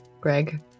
Greg